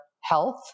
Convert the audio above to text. health